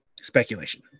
speculation